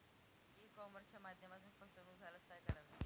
E कॉमर्सच्या माध्यमातून फसवणूक झाल्यास काय करावे?